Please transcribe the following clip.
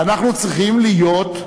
ובן העם היהודי,